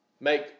make